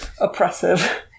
oppressive